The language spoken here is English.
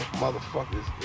motherfuckers